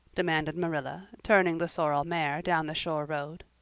demanded marilla, turning the sorrel mare down the shore road.